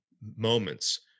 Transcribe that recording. moments